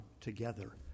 together